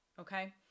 okay